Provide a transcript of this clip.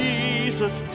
Jesus